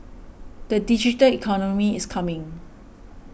the digital economy is coming